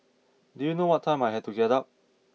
do you know what time I had to get up